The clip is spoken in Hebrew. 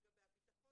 לגבי הביטחון.